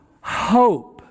hope